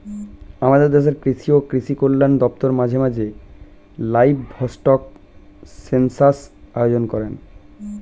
আমাদের দেশের কৃষি ও কৃষি কল্যাণ দপ্তর মাঝে মাঝে লাইভস্টক সেন্সাস আয়োজন করেন